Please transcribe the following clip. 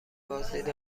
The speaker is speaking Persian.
بازدید